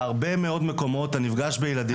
בהרבה מאוד מקומות אתה נפגש בילדים.